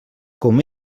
com